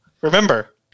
Remember